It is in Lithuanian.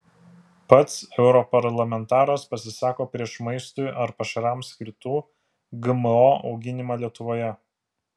pats europarlamentaras pasisako prieš maistui ar pašarams skirtų gmo auginimą lietuvoje